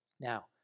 Now